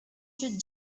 should